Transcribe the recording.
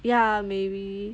ya maybe